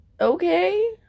Okay